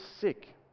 sick